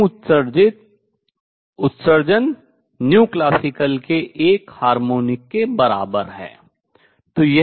उत्सर्जित उत्सर्जन classical के एक हार्मोनिक के बराबर है